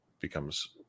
becomes